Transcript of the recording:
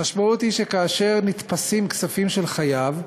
המשמעות היא שכאשר נתפסים כספים של חייב,